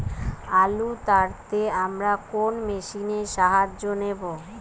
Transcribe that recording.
আলু তাড়তে আমরা কোন মেশিনের সাহায্য নেব?